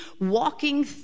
walking